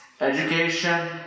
education